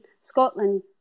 Scotland